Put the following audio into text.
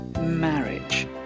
marriage